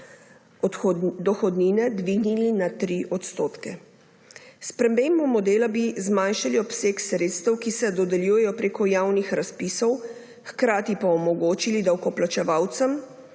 dohodnine dvignili na 3 %. S spremembo modela bi zmanjšali obseg sredstev, ki se dodeljujejo preko javnih razpisov, hkrati pa omogočili davkoplačevalcem,